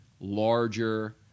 larger